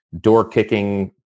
door-kicking